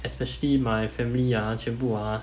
especially my family ah 全部 ah